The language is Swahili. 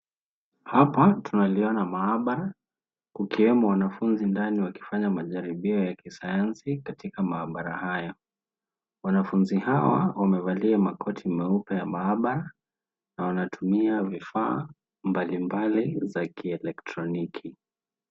Hapa tunayaona maabara, kukiwemo wanafunzi ndani wakifanya majaribio ya kisayansi katika maabara haya. wanafunzi hawa wamevalia makoti meupe ya maabara na wanatumia vifaa mbalimbali za kielektroniki.